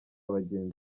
bagenzi